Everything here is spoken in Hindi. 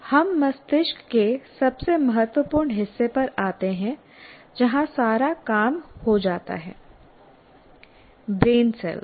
हम मस्तिष्क के सबसे महत्वपूर्ण हिस्से पर आते हैं जहां सारा काम हो जाता है ब्रेन सेल्स